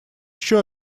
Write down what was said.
еще